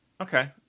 Okay